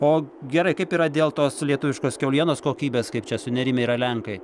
o gerai kaip yra dėl tos lietuviškos kiaulienos kokybės kaip čia sunerimę yra lenkai